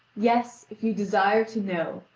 yes, if you desire to know,